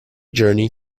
journey